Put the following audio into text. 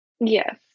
Yes